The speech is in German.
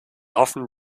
hoffen